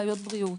בעיות בריאות.